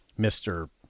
Mr